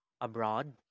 abroad